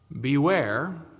Beware